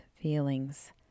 feelings